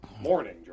morning